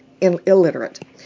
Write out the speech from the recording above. illiterate